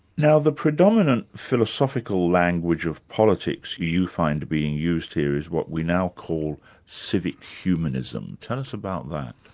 now the predominant philosophical language of politics you find being used here is what we now call civic humanism. tell us about that.